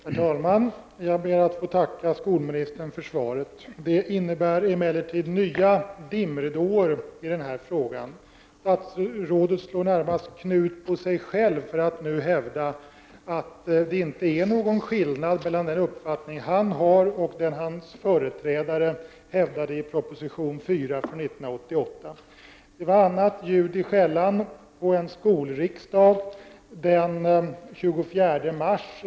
Herr talman! Jag ber att få tacka skolministern för svaret. Det innebär emellertid nya dimridåer. Statsrådet slår närmast knut på sig själv för att nu hävda att det inte är någon skillnad mellan den uppfattning han har och den som hans företrädare hävdade i proposition 1988/89:4. Det var annat ljud i skällan på en skolriksdag den 24 mars.